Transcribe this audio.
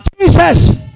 Jesus